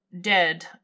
dead